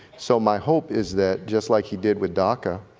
so my hope is that just like he did with doca,